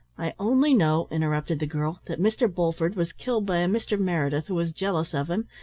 i only know, interrupted the girl, that mr. bulford was killed by a mr. meredith, who was jealous of him,